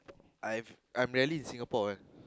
I've I'm rarely in Singapore what